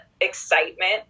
excitement